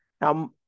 Now